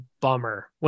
bummer